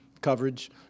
coverage